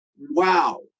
wow